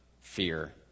fear